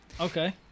okay